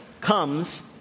comes